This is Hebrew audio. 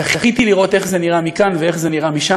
זכיתי לראות איך זה נראה מכאן ואיך זה נראה משם,